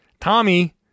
Tommy